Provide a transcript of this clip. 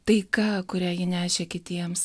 taika kurią ji nešė kitiems